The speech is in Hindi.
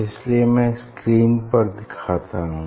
इसलिए मैं स्क्रीन पर दिखता हूँ